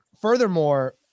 furthermore